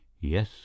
Yes